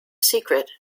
secret